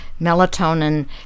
Melatonin